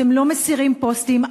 אתם לא מסירים פוסטים,